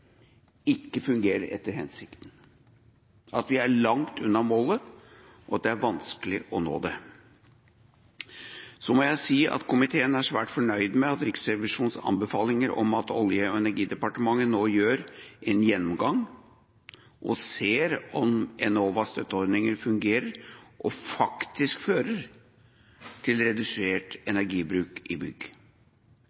ikke fungerer etter hensikten, at vi er langt unna målet, og at det er vanskelig å nå det. Så må jeg si at komiteen er svært fornøyd med Riksrevisjonens anbefalinger om at Olje- og energidepartementet nå gjør en gjennomgang og ser om Enovas støtteordninger fungerer og faktisk fører til redusert